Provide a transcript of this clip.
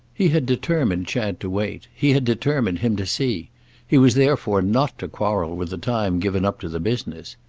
he had determined chad to wait, he had determined him to see he was therefore not to quarrel with the time given up to the business.